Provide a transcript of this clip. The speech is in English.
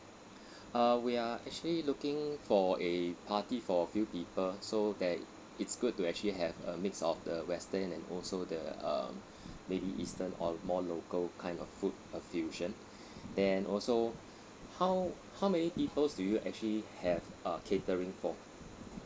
uh we are actually looking for a party for a few people so that it's good to actually have a mix of the western and also the uh maybe eastern or more local kind of food a fusion then also how how many peoples do you actually have uh catering for